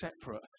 separate